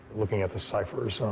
looking at the ciphers,